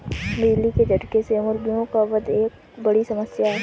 बिजली के झटके से मुर्गियों का वध एक बड़ी समस्या है